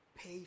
Pay